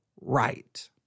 right